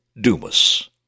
Dumas